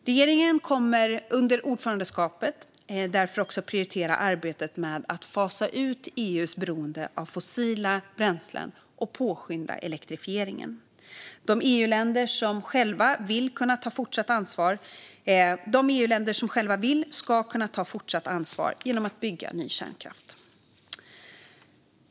Regeringen kommer under ordförandeskapet därför också att prioritera arbetet med att fasa ut EU:s beroende av fossila bränslen och påskynda elektrifieringen. De EU-länder som själva vill ska kunna ta fortsatt ansvar genom att bygga ny kärnkraft.